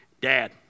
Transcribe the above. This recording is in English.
Dad